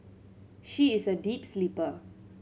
she is a deep sleeper